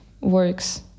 works